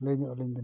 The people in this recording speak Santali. ᱞᱟᱹᱭ ᱧᱚᱜ ᱟᱹᱞᱤᱧ ᱵᱤᱱ